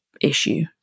issue